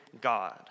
God